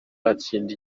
atsinda